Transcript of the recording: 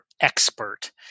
expert